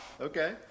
Okay